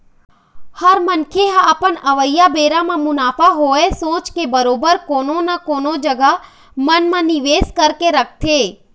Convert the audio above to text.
हर मनखे ह अपन अवइया बेरा म मुनाफा होवय सोच के बरोबर कोनो न कोनो जघा मन म निवेस करके रखथे